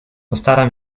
postaram